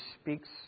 speaks